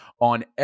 On